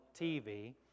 TV